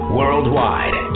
worldwide